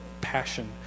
passion